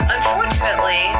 Unfortunately